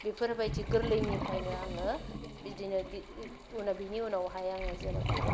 बेफोरबादि गोरलैनिफ्रायनो आङो बिदिनो बिनि उनावहाय आङो जेन'बा